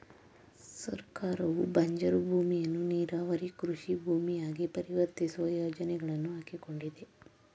ಸರ್ಕಾರವು ಬಂಜರು ಭೂಮಿಯನ್ನು ನೀರಾವರಿ ಕೃಷಿ ಭೂಮಿಯಾಗಿ ಪರಿವರ್ತಿಸುವ ಯೋಜನೆಗಳನ್ನು ಹಾಕಿಕೊಂಡಿದೆ